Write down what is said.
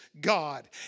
God